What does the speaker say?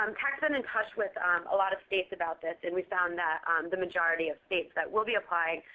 um tac's been in touch with um a lot of states about this. and we've found that um the majority of states that will be applying,